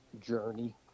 journey